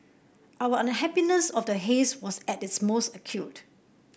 our unhappiness of the haze was at its most acute